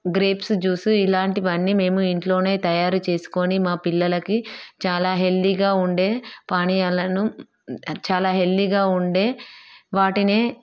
grapes juice ఇలాంటివన్నీ మేము ఇంట్లోనే తయారు చేసుకొని మాపిల్లలకి చాలా హెల్దీగా ఉండే పానీయాలను చాలా హెల్దీగా ఉండే వాటినే